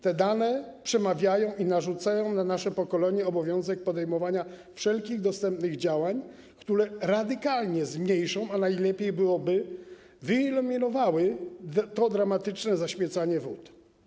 Te dane przemawiają do nas i narzucają na nasze pokolenie obowiązek podejmowania wszelkich dostępnych działań, które radykalnie zmniejszą - najlepiej byłoby, gdyby to wyeliminowały - to dramatyczne zaśmiecanie wód.